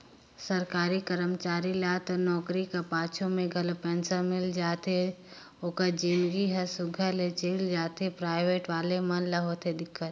सरकारी करमचारी ल तो नउकरी कर पाछू में घलो पेंसन मिलथे ओकर जिनगी हर सुग्घर ले चइल जाथे पराइबेट वाले मन ल होथे दिक्कत